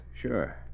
Sure